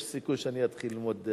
יש סיכוי שאני אתחיל ללמוד.